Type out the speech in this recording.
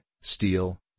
steel